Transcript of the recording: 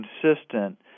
consistent